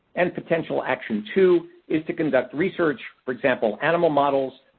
and potential action two is to conduct research, for example, animal models,